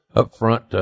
upfront